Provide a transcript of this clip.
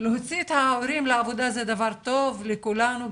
להוציא את ההורים לעבודה זה דבר טוב לכולנו,